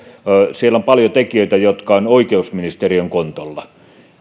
on paljon tekijöitä jotka ovat oikeusministeriön kontolla